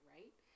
Right